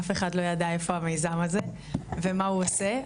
אף אחד לא ידע איפה המיזם הזה ומה הוא עושה,